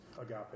agape